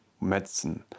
medicine